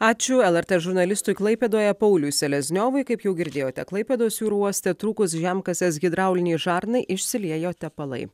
ačiū lrt žurnalistui klaipėdoje pauliui selezniovui kaip jau girdėjote klaipėdos jūrų uoste trūkus žemkasės hidraulinei žarnai išsiliejo tepalai